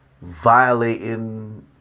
violating